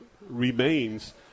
remains